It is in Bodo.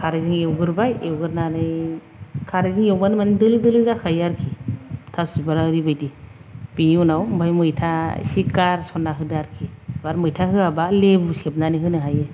खारैजों एवग्रोबाय एवग्रोनानै खारैजों एवबानो माने दोलो दोलो जाखायो आरोखि थास' बिबारा ओरैबादि बेनि उनाव ओमफ्राय मैथा एसे गारसन्ना होदो आरोखि आरो मैथा होआब्ला लेबु सेबनानै होनो हायो